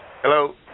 Hello